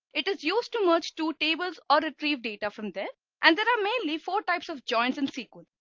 it is used to merge two tables or retrieve data from there and there are mainly for types of joints in sql.